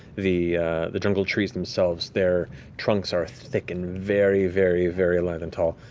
the the jungle trees themselves, their trunks are thick and very, very, very alive and tall.